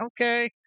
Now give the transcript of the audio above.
okay